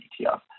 ETF